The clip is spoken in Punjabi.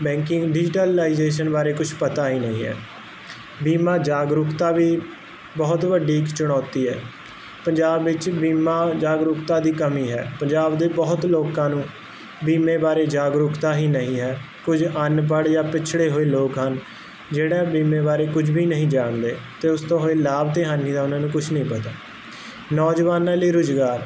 ਬੈਂਕਿੰਗ ਡਿਜੀਟਲਾਈਜੇਸ਼ਨ ਬਾਰੇ ਕੁਛ ਪਤਾ ਹੀ ਨਹੀਂ ਹੈ ਬੀਮਾ ਜਾਗਰੂਕਤਾ ਵੀ ਬਹੁਤ ਵੱਡੀ ਇੱਕ ਚੁਣੌਤੀ ਐ ਪੰਜਾਬ ਵਿੱਚ ਬੀਮਾ ਜਾਗਰੂਕਤਾ ਦੀ ਕਮੀ ਹੈ ਪੰਜਾਬ ਦੇ ਬਹੁਤ ਲੋਕਾਂ ਨੂੰ ਬੀਮੇ ਬਾਰੇ ਜਾਗਰੂਕਤਾ ਹੀ ਨਹੀਂ ਹੈ ਕੁਝ ਅਨਪੜ੍ਹ ਜਾਂ ਪਿੱਛੜੇ ਹੋਏ ਲੋਕ ਹਨ ਜਿਹੜਾ ਬੀਮੇ ਬਾਰੇ ਕੁਝ ਵੀ ਨਹੀਂ ਜਾਣਦੇ ਤੇ ਉਸ ਤੋਂ ਹੋਏ ਲਾਭ ਤੇ ਹਾਨੀ ਦਾ ਉਹਨਾਂ ਨੂੰ ਕੁਛ ਨਹੀਂ ਪਤਾ ਨੌਜਵਾਨਾਂ ਲਈ ਰੁਜ਼ਗਾਰ